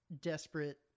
desperate